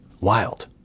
wild